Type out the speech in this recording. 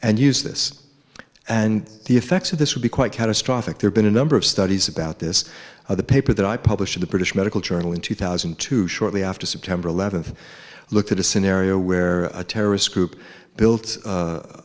and use this and the effects of this would be quite catastrophic there's been a number of studies about this or the paper that i published in the british medical journal in two thousand and two shortly after september eleventh looked at a scenario where a terrorist group built